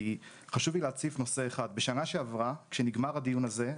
חשוב לי להציף נושא אחד: בשנה שעברה כשנגמר הדיון הזה,